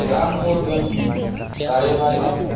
ᱨᱟᱱ ᱢᱩᱨᱜᱟᱹᱱ ᱫᱟᱨᱮ ᱵᱟᱭ ᱧᱟᱢᱚᱜ ᱠᱟᱱᱟ